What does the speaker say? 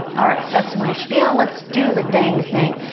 all right, that's my spiel. let's do the dang thing.